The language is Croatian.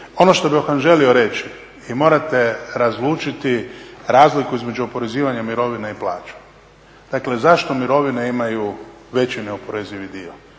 ono što bih vam želio reći, vi morate razlučiti razliku između oporezivanja mirovina i plaća. Dakle, zašto mirovine imaju veći neoporezivi dio?